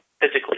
physically